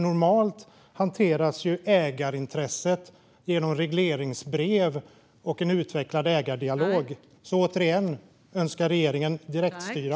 Normalt hanteras ju ägarintresset genom regleringsbrev och en utvecklad ägardialog. Återigen - önskar regeringen direktstyra?